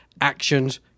actions